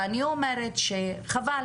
ואני אומרת שחבל